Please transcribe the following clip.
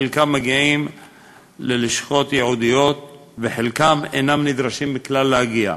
חלקם מגיעים ללשכות ייעודיות וחלקם אינם נדרשים כלל להגיע.